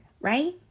Right